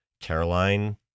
Caroline